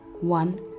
One